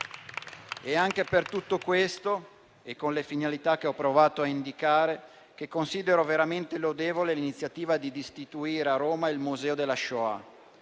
È anche per tutto questo e con le finalità che ho provato a indicare che considero veramente lodevole l'iniziativa di istituire a Roma il Museo della Shoah.